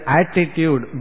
attitude